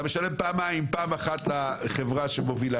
אתה משלם פעמיים: פעם אחת לחברה שמובילה